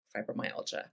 fibromyalgia